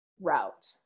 route